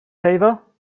favor